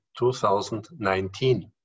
2019